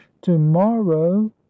to-morrow